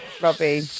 Robbie